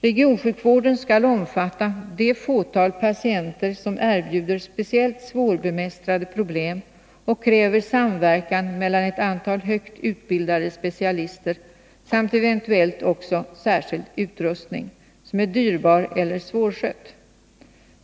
Regionsjukvården skall omfatta ”det fåtal patienter, som erbjuder speciellt svårbemästrade problem och kräver samverkan mellan ett antal högt utbildade specialister samt eventuellt också särskild utrustning, som är dyrbar eller svårskött.